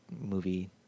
movie